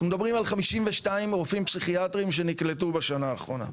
אנחנו מדברים על 52 רופאים פסיכיאטריים שיעלו ארצה בשנה האחרונה,